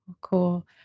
Cool